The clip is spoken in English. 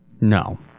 No